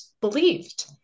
believed